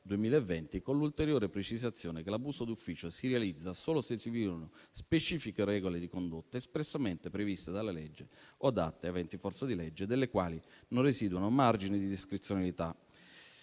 2020, con l'ulteriore precisazione che l'abuso d'ufficio si realizza solo se si violano specifiche regole di condotta espressamente previste dalla legge o da atti aventi forza di legge dalle quali non residuino margini di discrezionalità.